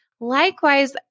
Likewise